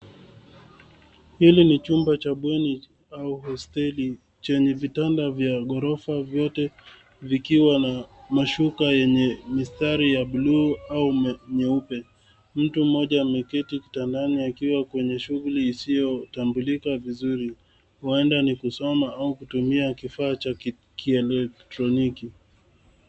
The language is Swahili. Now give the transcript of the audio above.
Hili ni chumba cha bweni au hosteli chenye vitanda vya ghorofa vyote vikiwa na mashuka yenye mistari ya buluu au nyeupe. Mtu mmoja ameketi kitandani akiwa kwenye shughuli isiyotambulika vizuri, huenda ni kusoma au kutumia kifaa cha kielektroniki.